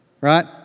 Right